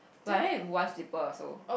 but then slippers also